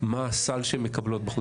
מה הסל שהן מקבלות בחוץ?